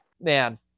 man